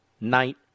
night